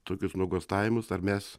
tokius nuogąstavimus ar mes